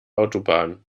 autobahn